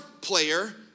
player